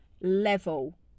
level